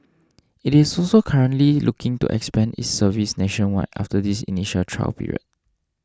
it is also currently looking to expand its service nationwide after this initial trial period